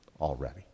already